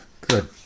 good